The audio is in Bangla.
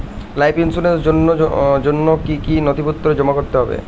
লাইফ ইন্সুরেন্সর জন্য জন্য কি কি নথিপত্র জমা করতে হবে?